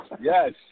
Yes